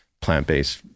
plant-based